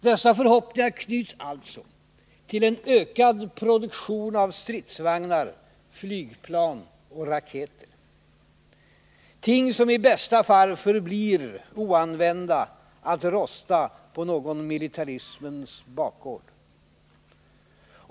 Dessa förhoppningar knyts alltså till en ökad produktion av stridsvagnar, flygplan och raketer — ting som i bästa fall förblir oanvända att rosta på någon militarismens bakgård.